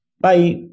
Bye